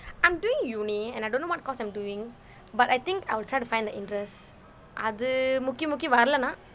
I'm doing university and I don't know what course I'm doing but I think I will try to find the interest அது முக்கி முக்கி வரலைனா:athu mukki mukki varalainaa